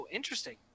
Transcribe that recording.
interesting